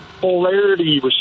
polarity